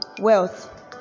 wealth